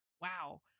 Wow